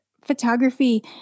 photography